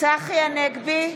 צחי הנגבי,